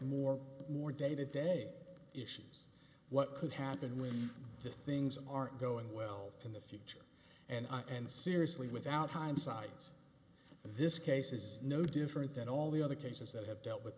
more more day to day issues what could happen when if things aren't going well in the and and seriously without hindsight's this case is no different than all the other cases that have dealt with